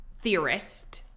theorist